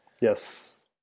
yes